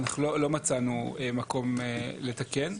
אנחנו לא מצאנו מקום לתקן.